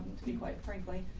to be quite frankly,